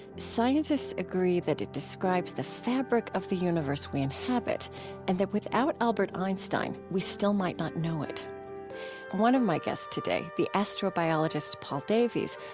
scientists agree that it describes the fabric of the universe we inhabit and that without albert einstein we still might not know it one of my guests today, the astrobiologist paul davies,